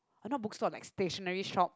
oh not bookstore but like stationary shop